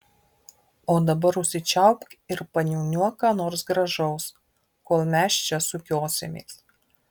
o dabar užsičiaupk ir paniūniuok ką nors gražaus kol mes čia sukiosimės